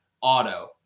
auto